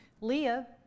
Leah